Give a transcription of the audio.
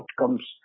outcomes